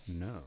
No